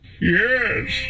yes